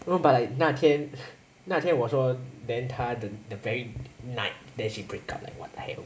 no but like 那天那天我说 then 她 the very night then she break up like what the heck